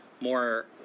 more